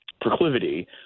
proclivity